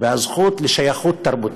והזכות לשייכות תרבותית.